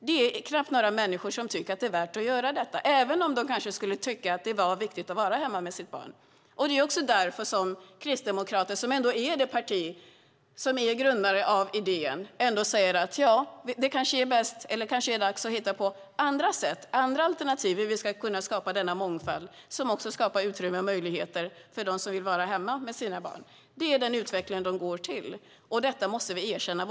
Det är knappt några människor som tycker att det är värt att göra detta, även om de kanske skulle tycka att det var viktigt att vara hemma med sitt barn. Det är också därför som Kristdemokraterna, som ändå är det parti som är grundare av idén, säger att det kanske är dags att hitta på andra sätt, andra alternativ för hur vi ska kunna skapa denna mångfald med utrymme och möjligheter för dem som vill vara hemma med sina barn. Det är den utveckling de går igenom. Detta måste vi erkänna.